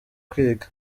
kwiga